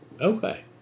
Okay